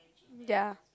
ya